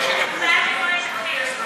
שאנחנו צריכים לזכור שמדינת ישראל,